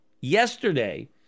yesterday